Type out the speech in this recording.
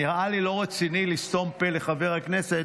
נראה לי לא רציני לסתום פה לחבר הכנסת,